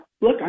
look